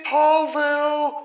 Paulville